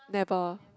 never